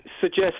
suggest